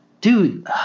dude